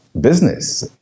business